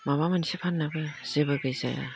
माबा मोनसे फाननोबो जेबो गैजाया